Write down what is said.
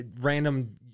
random